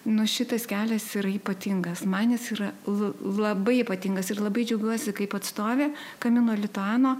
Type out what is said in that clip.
nu šitas kelias yra ypatingas man jis yra la labai ypatingas ir labai džiaugiuosi kaip atstovė kamino lituano